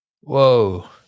Whoa